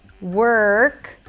work